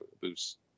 boost